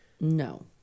No